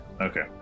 Okay